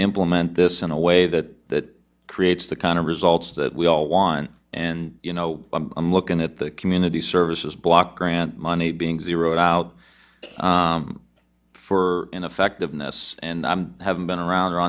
implement this in a way that that creates the kind of results that we all want and you know i'm looking at the community services block grant money being zeroed out for ineffectiveness and i haven't been around or